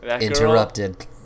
Interrupted